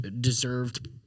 deserved